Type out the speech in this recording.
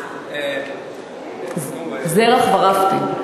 נו, זרח ורהפטיג.